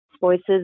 voices